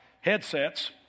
headsets